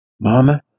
Mama